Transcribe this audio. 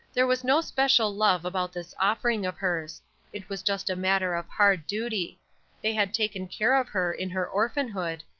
there was no special love about this offering of hers it was just a matter of hard duty they had taken care of her in her orphanhood,